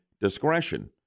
discretion